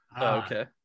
Okay